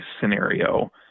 scenario